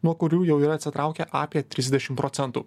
nuo kurių jau yra atsitraukę apie trisdešim procentų